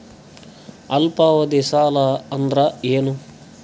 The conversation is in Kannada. ಅಲ್ಪಾವಧಿ ಸಾಲ ಅಂದ್ರ ಏನು?